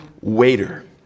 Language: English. waiter